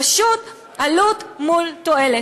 פשוט עלות מול תועלת,